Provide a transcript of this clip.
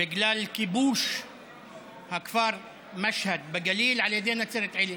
בגלל כיבוש הכפר משהד בגליל על ידי נצרת עילית.